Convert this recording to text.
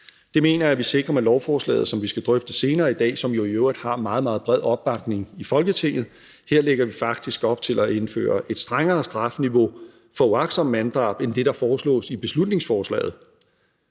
Det mener jeg vi sikrer med lovforslaget, som vi skal drøfte senere i dag, og som jo i øvrigt har meget, meget bred opbakning i Folketinget. Her lægger vi faktisk op til at indføre et strengere strafniveau for uagtsomt manddrab end det, der foreslås i beslutningsforslaget,